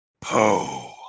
Po